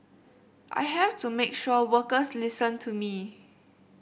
I have to make sure workers listen to me